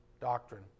doctrine